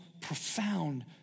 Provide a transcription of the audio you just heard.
profound